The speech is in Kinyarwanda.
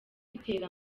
itera